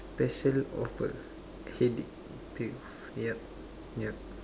special offer headache pills yup yup